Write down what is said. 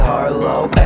Harlow